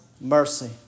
mercy